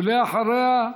אחריה,